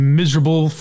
miserable